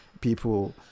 people